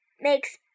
makes